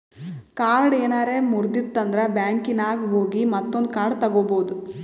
card ಏನಾರೆ ಮುರ್ದಿತ್ತಂದ್ರ ಬ್ಯಾಂಕಿನಾಗ್ ಹೋಗಿ ಮತ್ತೊಂದು ಕಾರ್ಡ್ ತಗೋಬೋದ್